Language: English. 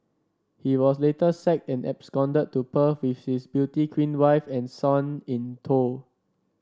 he was later sacked and absconded to Perth with his beauty queen wife and son in tow